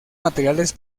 materiales